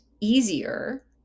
easier